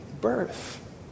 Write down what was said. birth